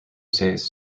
jose